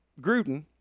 Gruden